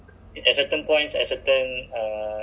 but is it a brand or what